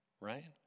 right